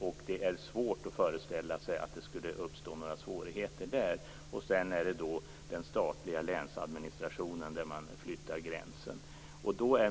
Det är väldigt svårt att föreställa sig att det skulle uppstå några svårigheter där. Flyttningen av gränsen görs av den statliga länsadministrationen.